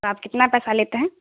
تو آپ کتنا پیسہ لیتے ہیں